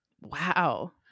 wow